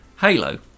Halo